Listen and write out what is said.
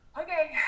okay